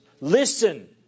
listen